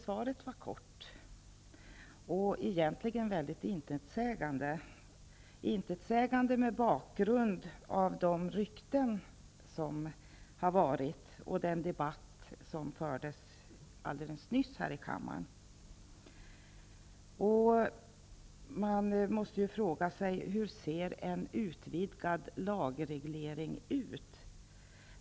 Svaret var kort och egentligen helt intetsägande, mot bakgrund av de rykten som varit och den debatt som fördes alldeles nyss här i kammaren. Man måste fråga sig: Hur ser en utvidgad lagreglering ut?